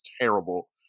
terrible